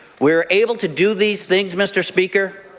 we are able to do these things, mr. speaker,